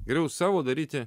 geriau savo daryti